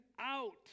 out